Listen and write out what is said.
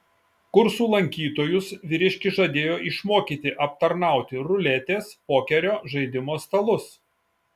kursų lankytojus vyriškis žadėjo išmokyti aptarnauti ruletės pokerio žaidimo stalus